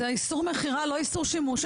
זה איסור מכירה, לא איסור שימוש.